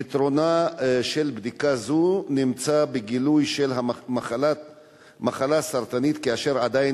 יתרונה של בדיקה זו נמצא בגילוי של מחלה סרטנית כאשר עדיין